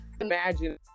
imagine